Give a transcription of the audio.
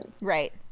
Right